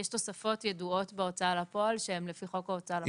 יש תוספות ידועות בהוצאה לפועל שהן לפי חוק ההוצאה לפועל.